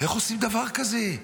איך עושים דבר כזה?